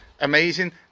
Amazing